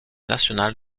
national